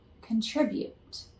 contribute